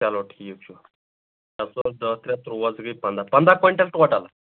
چلو ٹھیٖک چھُ ترٛےٚ ژور دہ ترٛےٚ ترٛوواہ زٕ گٔے پنٛداہ پنٛداہ کۄینٛٹل ٹوٹل